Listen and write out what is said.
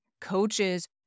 coaches